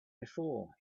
before